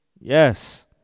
Yes